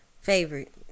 favorite